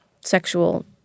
sexual